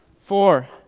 four